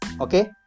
okay